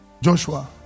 Joshua